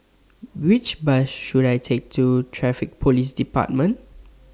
Which Bus should I Take to Traffic Police department